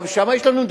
גם שם יש לנו,